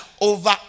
over